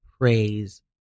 praise